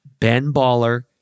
BenBaller